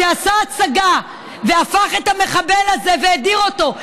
הצגה והפך את המחבל הזה והאדיר אותו.